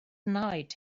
night